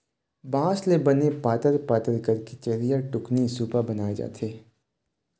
बांस ल बने पातर पातर करके चरिहा, टुकनी, सुपा बनाए जाथे